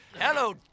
Hello